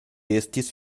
estis